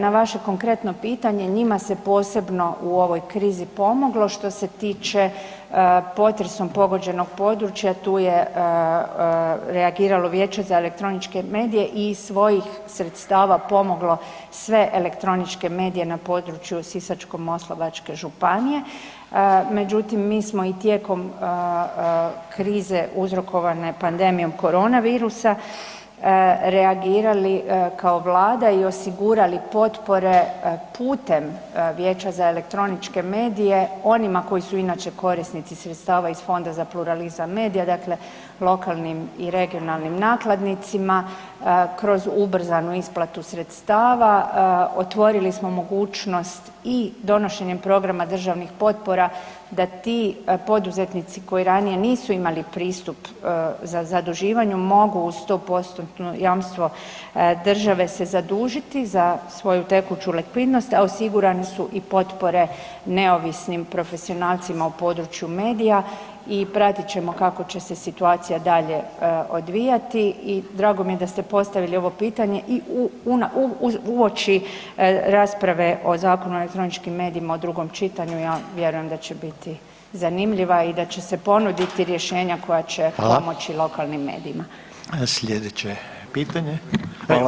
Na vaše konkretno pitanje, njim se posebno u ovoj krizi pomoglo, što se tiče potresom pogođenog područja, tu je reagiralo Vijeće za elektroničke medije i iz svojih sredstava pomoglo sve elektroničke medije na području Sisačko-moslavačke županije međutim mi smo i tijekom krize uzrokovane pandemijom korona virusa, reagirali kao Vlada i osigurali potpore putem Vijeća za elektroničke medije onima koji su inače korisnici sredstava iz Fonda za pluralizam medija, dakle lokalnim i regionalnim nakladnicima kroz ubrzanu isplatu sredstava, otvorili smo mogućnost i donošenjem programa državnih potpora, dakle ti poduzetnici koji ranije nisu imali pristup za zaduživanje, mogu uz 100%-tno jamstvo države se zadužiti za svoju tekuću likvidnost a osigurane su i potpore neovisnim profesionalcima u području medija i pratit ćemo kako će se situacija dalje odvijati i drago mi je da ste postavili ovo pitanje i uoči rasprave o Zakonu o elektroničkim medijima u drugom čitanju, ja vjerujem da će biti zanimljiva i da će se ponuditi rješenja koja će pomoći lokalnim medijima.